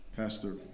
Pastor